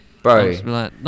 Bro